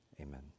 Amen